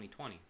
2020